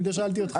אני לא שאלתי אותך.